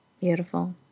beautiful